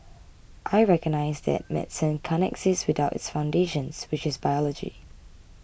I recognise that medicine can't exist without its foundations which is biology